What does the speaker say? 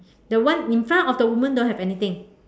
the one in front of the woman don't have anything